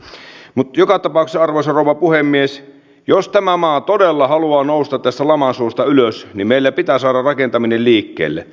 mutta joka tapauksessa arvoisa rouva puhemies jos tämä maa todella haluaa nousta tästä laman suosta ylös niin meillä pitää saada rakentaminen liikkeelle